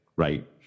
right